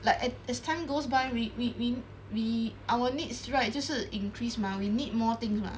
like a~ as time goes by we we we we our needs right 就是 increase mah we need more thing mah